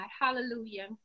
hallelujah